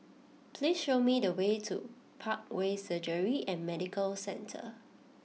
please show me the way to Parkway Surgery and Medical Centre